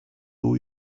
all